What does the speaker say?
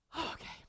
okay